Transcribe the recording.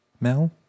Mel